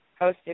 hosted